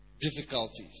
difficulties